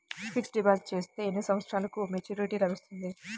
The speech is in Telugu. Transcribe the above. ఫిక్స్డ్ డిపాజిట్ చేస్తే ఎన్ని సంవత్సరంకు మెచూరిటీ లభిస్తుంది?